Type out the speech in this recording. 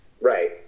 Right